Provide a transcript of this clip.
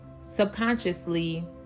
subconsciously